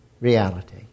reality